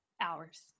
hours